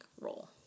role